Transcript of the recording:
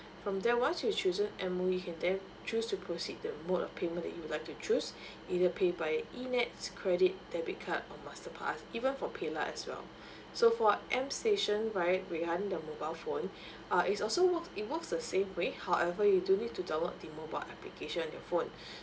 from there once you've chosen M_O_E you can then choose to proceed the mode of payment that you like to choose either pay by E_N_E_T_S credit debit card or masterpass even for paylah as well so for M station right regarding the mobile phone ah it's also work it works the same way however you do need to download the mobile application in your phone